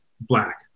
black